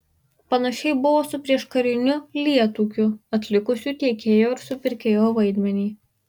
panašiai buvo su prieškariniu lietūkiu atlikusiu tiekėjo ir supirkėjo vaidmenį